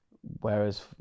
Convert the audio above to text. whereas